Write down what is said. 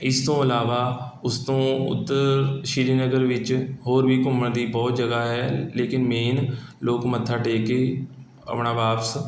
ਇਸ ਤੋਂ ਇਲਾਵਾ ਉਸ ਤੋਂ ਉੱਧਰ ਸ਼੍ਰੀਨਗਰ ਵਿੱਚ ਹੋਰ ਵੀ ਘੁੰਮਣ ਦੀ ਬਹੁਤ ਜਗ੍ਹਾ ਹੈ ਲੇਕਿਨ ਮੇਨ ਲੋਕ ਮੱਥਾ ਟੇਕ ਕੇ ਆਪਣਾ ਵਾਪਸ